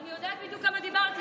אני יודעת בדיוק כמה דיברתי.